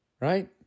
Right